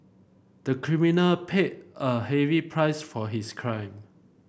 the criminal paid a heavy price for his crime